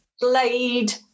blade